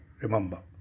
remember